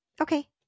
Okay